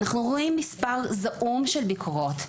אנחנו רואים מספר זעום של ביקורות.